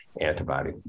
antibody